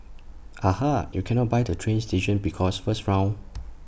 aha you cannot buy the train station because first round